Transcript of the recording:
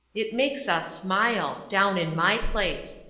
it makes us smile down in my place!